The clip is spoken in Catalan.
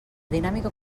dinàmica